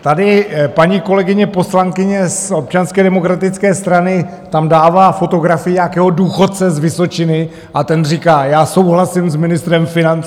Tady paní kolegyně poslankyně z Občanské demokratické strany tam dává fotografii nějakého důchodce z Vysočiny a ten říká: Já souhlasím s ministrem financí.